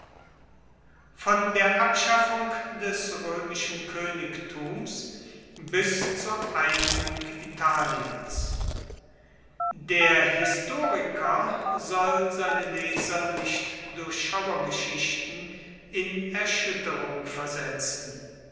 von der abschaffung des roemischen koenigtums bis zur einigung italiens der historiker soll seine leser nicht durch schauergeschichten in erschuetterung versetzen